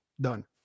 Done